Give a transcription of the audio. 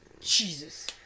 jesus